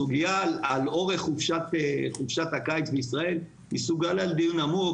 הסוגיה של אורך חופשת הקיץ בישראל הוא סוגיה לדיון עמוק,